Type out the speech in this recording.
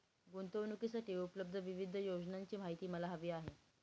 गुंतवणूकीसाठी उपलब्ध विविध योजनांची माहिती मला हवी आहे